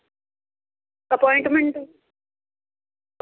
appointment